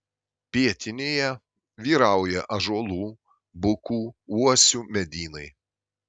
pietinėje vyrauja ąžuolų bukų uosių medynai